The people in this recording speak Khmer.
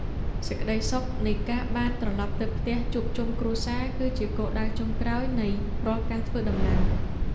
សេចក្ដីសុខនៃការបានត្រឡប់ទៅដល់ផ្ទះជួបជុំគ្រួសារ គឺជាគោលដៅចុងក្រោយនៃរាល់ការធ្វើដំណើរ។